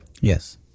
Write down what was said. yes